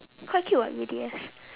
quite cute [what] B_T_S